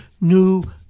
New